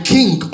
King